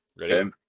Ready